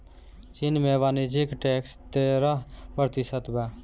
चीन में वाणिज्य टैक्स तेरह प्रतिशत बा